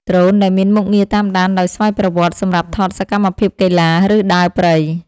ដ្រូនដែលមានមុខងារតាមដានដោយស្វ័យប្រវត្តិ សម្រាប់ថតសកម្មភាពកីឡា ឬដើរព្រៃ។